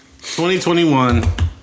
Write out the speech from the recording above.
2021